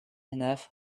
enough